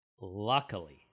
Luckily